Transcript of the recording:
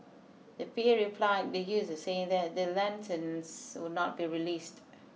the P A replied the users saying that the lanterns would not be released